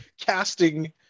casting